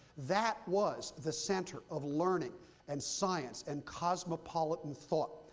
that was the center of learning and science and cosmopolitan thought.